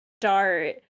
start